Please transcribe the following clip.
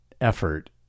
effort